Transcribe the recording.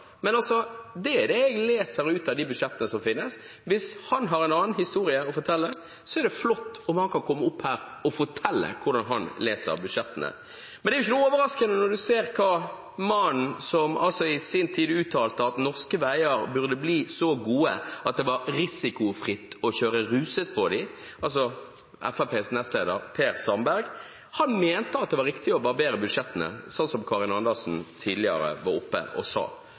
men dette er det jeg leser ut av de budsjettene som finnes. Hvis han har en annen historie å fortelle, er det flott om han kan komme opp her og fortelle hvordan han leser budsjettene. Men det er jo ikke noe overraskende når en ser hva mannen som i sin tid uttalte at norske veier burde bli så gode at det var risikofritt å kjøre ruset på dem – Fremskrittspartiets nestleder Per Sandberg. Han mente at det var riktig å barbere budsjettene, slik som Karin Andersen tidligere var oppe og sa.